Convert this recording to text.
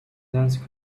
dense